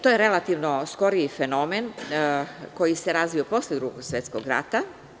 To je relativno skoriji fenomen koji se razvio posle Drugog svetskog rata.